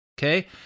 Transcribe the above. Okay